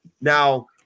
Now